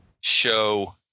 show